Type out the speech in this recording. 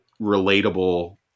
relatable